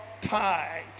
tied